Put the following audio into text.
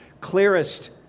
clearest